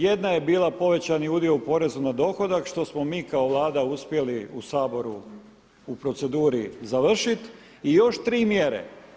Jedna je bila povećani udio u porezu na dohodak što smo mi kao Vlada uspjeli u Saboru u proceduri završit i još tri mjere.